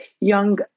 young